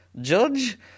judge